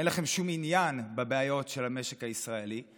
אין לכם שום עניין בבעיות של המשק הישראלי.